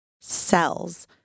cells